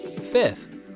Fifth